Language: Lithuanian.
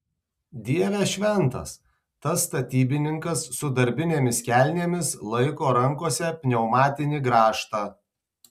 dieve šventas tas statybininkas su darbinėmis kelnėmis laiko rankose pneumatinį grąžtą